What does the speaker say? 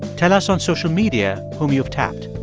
tell us on social media whom you've tapped.